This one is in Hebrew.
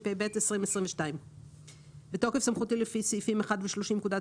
התשפ"ב-2022 בתוקף סמכותי לפי סעיפים 1 ו-30 לפקודת